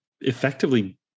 effectively